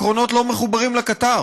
הקרונות לא מחוברים לקטר,